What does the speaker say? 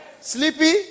Sleepy